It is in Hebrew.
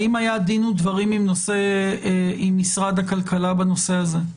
האם היה דין ודברים עם משרד הכלכלה בנושא הזה?